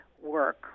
work